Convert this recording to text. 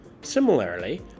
Similarly